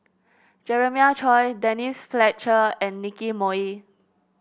Jeremiah Choy Denise Fletcher and Nicky Moey